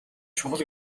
чухал